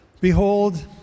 Behold